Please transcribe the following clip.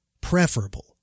preferable